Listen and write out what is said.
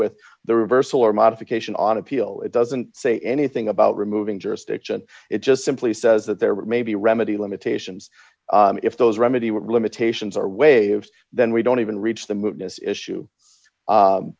with the reversal or modification on appeal it doesn't say anything about removing jurisdiction it just simply says that there were maybe remedy limitations if those remedy with limitations are waived then we don't even reach the moved this issue